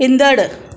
ईंदड़ु